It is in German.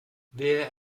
wer